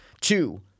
two